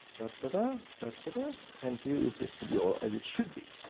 da-da-da, da-da-da, and here is the studiolo as it should be.